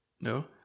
No